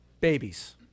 babies